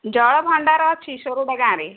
ଜଳଭଣ୍ଡାର ଅଛି ସୋରଡ଼ା ଗାଁରେ